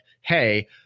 hey